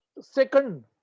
Second